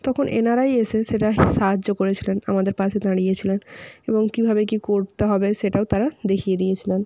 তখন এনারাই এসে সেটা সাহায্য করেছিলেন আমাদের পাশে দাঁড়িয়েছিলেন এবং কীভাবে কী করতে হবে সেটাও তারা দেখিয়ে দিয়েছিলেন